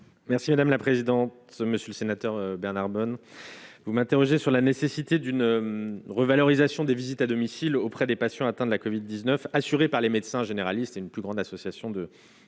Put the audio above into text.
Merci madame la présidente, monsieur le sénateur Bernard Bonne, vous m'interrogez sur la nécessité d'une revalorisation des visites à domicile auprès des patients atteints de la COVID 19 assurée par les médecins généralistes et une plus grande association de